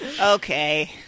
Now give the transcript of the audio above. Okay